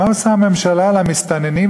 מה עושה הממשלה למסתננים,